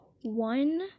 one